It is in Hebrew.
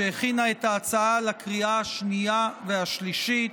שהכינה את ההצעה לקריאה השנייה והשלישית,